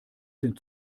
dem